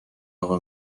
اقا